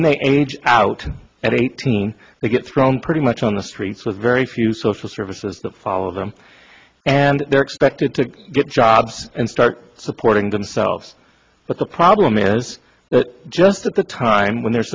then they age out at eighteen they get thrown pretty much on the streets with very few social services that follow them and they're expected to get jobs and start supporting themselves but the problem is that just at the time when they're